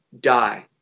die